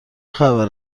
خبر